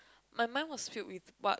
my mind was filled with what